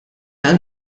għal